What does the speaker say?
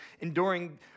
enduring